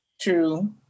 True